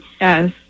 yes